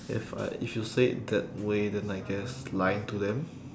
if I if you say it that way then I guess lying to them